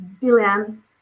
billion